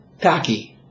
Taki